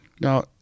Now